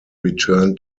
return